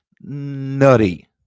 nutty